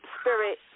spirit